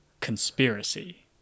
conspiracy